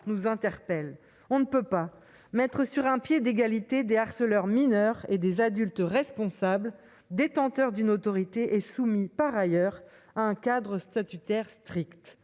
nous interpelle. On ne saurait mettre sur un pied d'égalité des harceleurs mineurs et des adultes responsables détenteurs d'une autorité et soumis par ailleurs à un cadre statutaire strict.